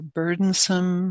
burdensome